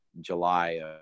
July